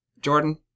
Jordan